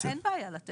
אין בעיה לתת.